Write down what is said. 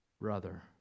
brother